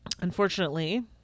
Unfortunately